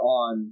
on